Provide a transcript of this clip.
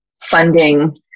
funding